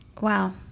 Wow